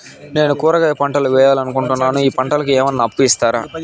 నేను కూరగాయల పంటలు వేయాలనుకుంటున్నాను, ఈ పంటలకు ఏమన్నా అప్పు ఇస్తారా?